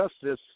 Justice